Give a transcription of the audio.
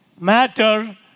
matter